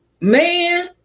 man